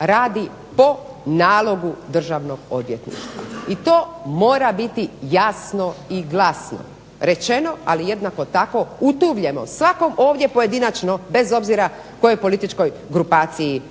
radi po nalogu Državnog odvjetništva i to mora biti jasno i glasno rečeno, ali jednako tako utuvljeno svakom ovdje pojedinačno bez obzira kojoj političkoj grupaciji